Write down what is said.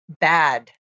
bad